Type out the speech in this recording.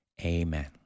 Amen